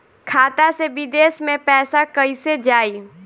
खाता से विदेश मे पैसा कईसे जाई?